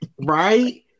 Right